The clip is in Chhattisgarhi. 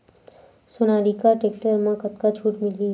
सोनालिका टेक्टर म कतका छूट मिलही?